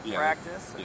practice